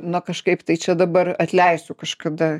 nu kažkaip tai čia dabar atleisiu kažkada